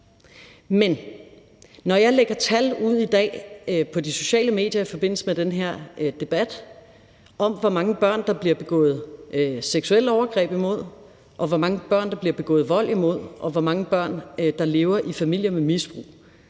Men når jeg lægger tal ud i dag på de sociale medier i forbindelse med den her debat om, hvor mange børn der bliver begået seksuelle overgreb imod, og hvor mange børn der bliver begået vold imod, og hvor mange børn der lever i familier med misbrug,